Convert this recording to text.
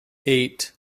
eight